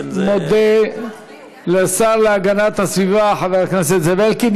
אני מודה לשר להגנת הסביבה, חבר הכנסת זאב אלקין.